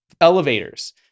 elevators